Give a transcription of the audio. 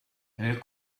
nel